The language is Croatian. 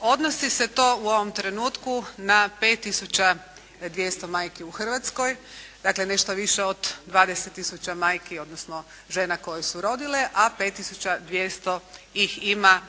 Odnosi se to u ovom trenutku na 5 tisuća 200 majki u Hrvatskoj dakle nešto više od 20 tisuća majki odnosno žena koje su rodile, a 5 tisuća 200 ih ima